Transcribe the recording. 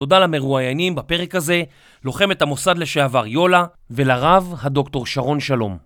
תודה למרואיינים בפרק הזה, לוחמת המוסד לשעבר יולה ולרב הדוקטור שרון שלום.